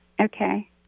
Okay